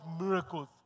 miracles